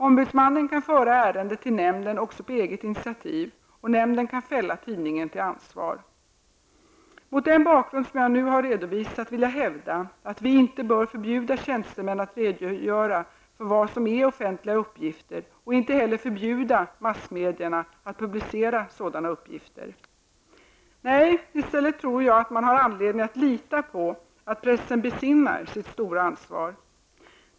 Ombudsmannen kan föra ärendet till nämnden också på eget initiativ. Nämnden kan fälla tidningen till ansvar. Mot den bakgrund som jag nu har redovisat vill jag hävda att vi inte bör förbjuda tjänstemän att redogöra för vad som är offentliga uppgifter och inte heller förbjuda massmedierna att publicera sådana uppgifter. Nej, i stället tror jag att man har anledning att lita på att pressen besinnar sitt stora ansvar.